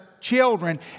children